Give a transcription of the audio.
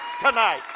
tonight